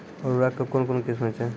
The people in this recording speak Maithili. उर्वरक कऽ कून कून किस्म छै?